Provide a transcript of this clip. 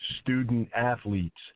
student-athletes